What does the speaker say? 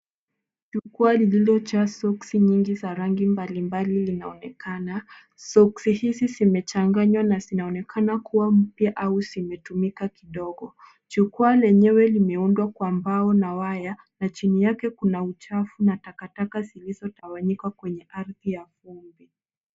Jukwa lililojaa soksi nyingi za rangi mbalimbali linaonekana. Soksi hizi zimechanganywa na zinaonekana kuwa mpya au zimetumika kidogo. Jukwaa lenyewe limeundwa kwa mbao na waya na chini yako kuna uchafu na takataka zilizotawanyika kwenye ardhi ya vumbi.